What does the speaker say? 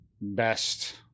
best